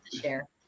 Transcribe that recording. Share